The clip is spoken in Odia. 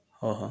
ହଁ ହଁ